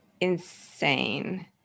insane